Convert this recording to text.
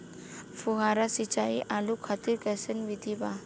फुहारा सिंचाई आलू खातिर कइसन विधि बा?